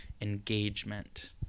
engagement